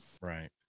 Right